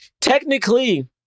technically